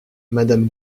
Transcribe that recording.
madame